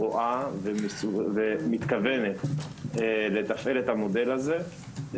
רואה ומתכוונת לתפעל את המודל הזה.